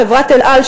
חברת "אל על",